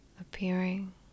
appearing